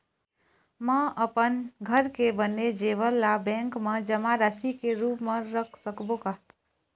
म अपन घर के बने जेवर ला बैंक म जमा राशि के रूप म रख सकबो का?